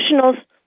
professionals